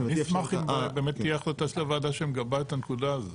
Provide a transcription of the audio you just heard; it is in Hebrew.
אני אשמח אם באמת תהיה חלטה של הוועדה שמגבה את הנקודה הזאת.